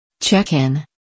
Check-in